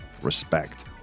Respect